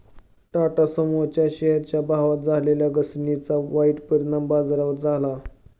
टाटा समूहाच्या शेअरच्या भावात झालेल्या घसरणीचा वाईट परिणाम बाजारावर झाला